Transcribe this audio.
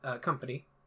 company